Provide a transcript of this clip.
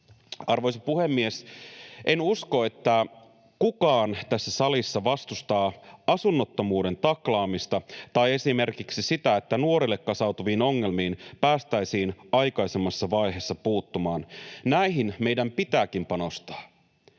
Arvoisa puhemies! En usko, että kukaan tässä salissa vastustaa asunnottomuuden taklaamista tai esimerkiksi sitä, että nuorille kasautuviin ongelmiin päästäisiin aikaisemmassa vaiheessa puuttumaan, näihin meidän pitääkin panostaa.